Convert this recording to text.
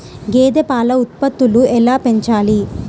గేదె పాల ఉత్పత్తులు ఎలా పెంచాలి?